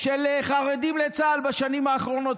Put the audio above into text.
החרדים לצה"ל בשנים האחרונות.